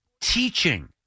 teaching